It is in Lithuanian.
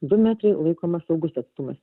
du metrai laikomas saugus atstumas